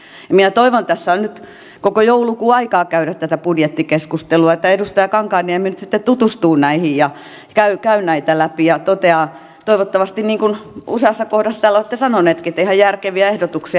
minä toivon tässä on nyt koko joulukuu aikaa käydä tätä budjettikeskustelua että edustaja kankaanniemi nyt sitten tutustuu näihin ja käy näitä läpi ja toteaa toivottavasti niin kuin useassa kohdassa täällä olette sanonutkin että ihan järkeviä ehdotuksia